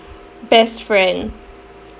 best friend